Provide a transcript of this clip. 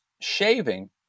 shaving